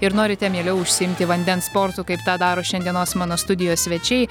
ir norite mieliau užsiimti vandens sportu kaip tą daro šiandienos mano studijos svečiai